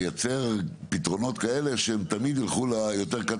כמו נגיד לצורך העניין ניקח תחנת כוח ששמים לידה איזה מבנה קטן